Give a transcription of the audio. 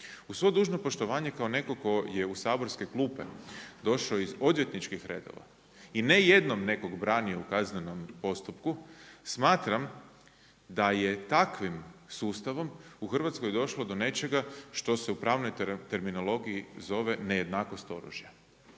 Uz svo dužno poštovanje kao netko tko je u saborske klupe došao iz odvjetničkih redova i ne jednom nekog branio u kaznenom postupku smatram da je takvim sustavom u Hrvatskoj došlo do nečega što se u pravnoj terminologiji zove nejednakost oružja.